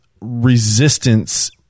resistance